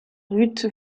ruth